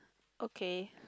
okay